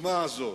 הנואמים,